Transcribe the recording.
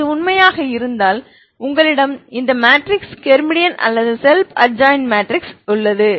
எனவே இது உண்மையாக இருந்தால் உங்களிடம் இந்த மெட்ரிக்ஸ் ஹெர்மிடியன் அல்லது ஸெல்ப் அட்ஜாயின்ட் மேட்ரிக்ஸ் உள்ளது